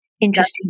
Interesting